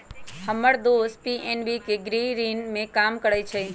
हम्मर दोस पी.एन.बी के गृह ऋण में काम करइ छई